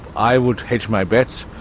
i would hedge my bets,